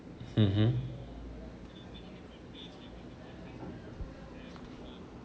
mmhmm